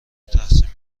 تحسین